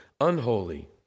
unholy